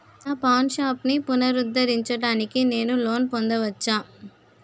నా పాన్ షాప్ని పునరుద్ధరించడానికి నేను లోన్ పొందవచ్చా?